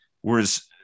whereas